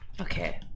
Okay